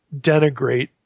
denigrate